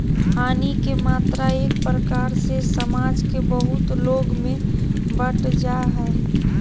हानि के मात्रा एक प्रकार से समाज के बहुत लोग में बंट जा हइ